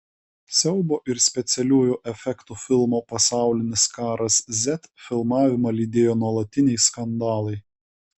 siaubo ir specialiųjų efektų filmo pasaulinis karas z filmavimą lydėjo nuolatiniai skandalai